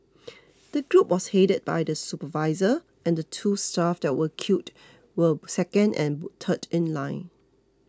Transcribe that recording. the group was headed by the supervisor and the two staff that were killed were second and third in line